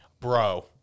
bro